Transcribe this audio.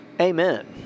Amen